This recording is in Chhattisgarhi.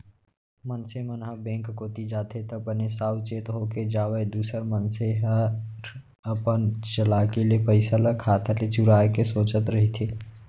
मनसे मन ह बेंक कोती जाथे त बने साउ चेत होके जावय दूसर मनसे हर अपन चलाकी ले पइसा ल खाता ले चुराय के सोचत रहिथे